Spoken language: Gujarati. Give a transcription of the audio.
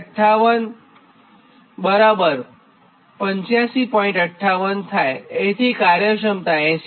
58 થાય અને કાર્યક્ષમતા 8085